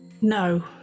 no